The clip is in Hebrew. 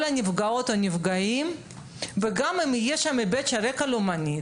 הנפגעות והנפגעים וגם אם יש שם היבט של רקע לאומני,